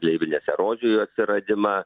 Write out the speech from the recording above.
gleivinės erozijų atsiradimą